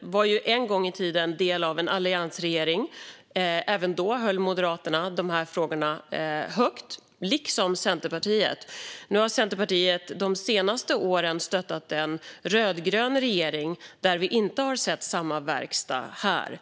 var en gång i tiden en del av en alliansregering. Även då höll Moderaterna de här frågorna högt, liksom Centerpartiet. Nu har Centerpartiet de senaste åren stöttat en rödgrön regering där vi inte har sett samma verkstad här.